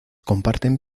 comparten